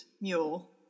mule